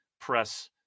press